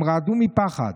רעדו מפחד,